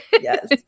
Yes